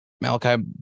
malachi